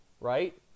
right